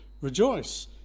rejoice